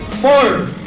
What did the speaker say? four